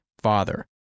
Father